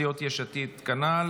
סיעת יש עתיד כנ"ל,